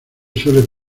suele